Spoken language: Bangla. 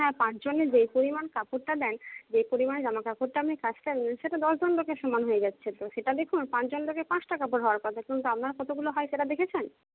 হ্যাঁ পাঁচজনের যেই পরিমাণ কাপড়টা দেন যেই পরিমাণ জামা কাপড়টা আপনি সে তো দশজন লোকের সমান হয়ে যাচ্ছে তো সেটা দেখুন আর পাঁচজন লোকের পাঁচটা কাপড় হওয়ার কথা কিন্তু আপনার কতোগুলো হয় সেটা দেখেছেন